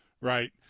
right